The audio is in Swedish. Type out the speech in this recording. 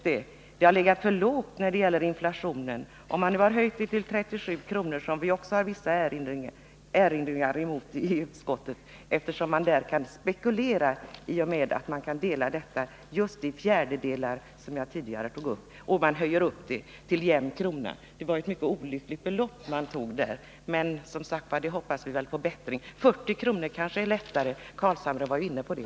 Det har legat för lågt på grund av inflationen. Om man nu har höjt det till 37 kr., så har vi också vissa erinringar emot detta i utskottet. Beloppet bör kunna delas jämnt i fjärdedelar, som jag tidigare tog upp. Det var ett mycket olyckligt belopp man stannade för, men vi hoppas som sagt på bättring. 40 kr. är kanske lättare, och herr Carlshamre var ju inne på det.